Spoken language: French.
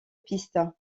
piste